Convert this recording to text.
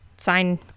sign